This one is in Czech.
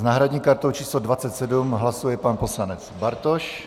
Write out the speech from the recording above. s náhradní kartou číslo 27 hlasuje pan poslanec Bartoš.